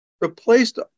replaced